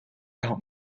home